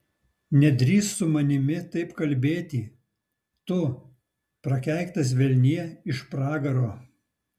nedrįsk su manimi taip kalbėti tu prakeiktas velnie iš pragaro